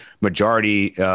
majority –